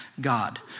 God